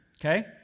okay